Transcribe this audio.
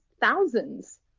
thousands